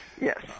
yes